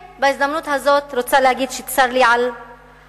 בהזדמנות הזאת אני רוצה להגיד שצר לי על ההצהרות